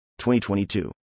2022